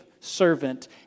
servant